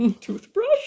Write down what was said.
toothbrush